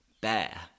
Bear